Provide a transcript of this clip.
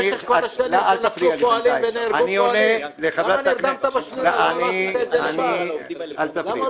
אני עונה --- אתה נרדמת בשמירה --- למה